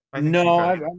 No